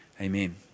Amen